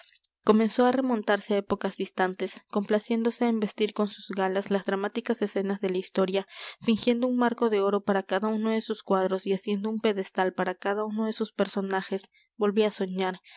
comenzó á remontarse á épocas distantes complaciéndose en vestir con sus galas las dramáticas escenas de la historia fingiendo un marco de oro para cada uno de sus cuadros y haciendo un pedestal para cada uno de sus personajes volví á soñar